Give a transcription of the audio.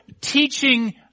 teaching